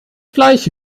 gleiche